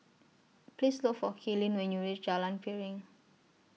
Please Look For Kaylin when YOU REACH Jalan Piring